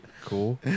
Cool